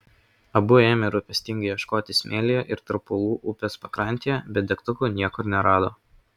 abu ėmė rūpestingai ieškoti smėlyje ir tarp uolų upės pakrantėje bet degtukų niekur nerado